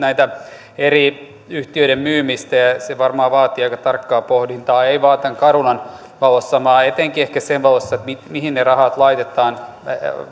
eri yhtiöiden myymistä ja ja se varmaan vaatii aika tarkkaa pohdintaa ei vain tämän carunan valossa vaan etenkin ehkä sen valossa mihin mihin ne rahat laitetaan